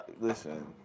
listen